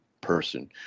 person